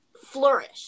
flourish